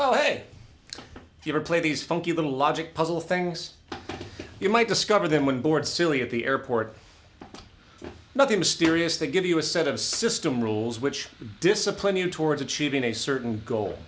oh hey if you play these funky little logic puzzle things you might discover them when bored silly at the airport nothing mysterious they give you a set of system rules which discipline you towards achieving a certain goal